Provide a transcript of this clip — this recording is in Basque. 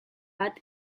bat